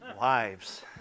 Wives